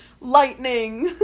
Lightning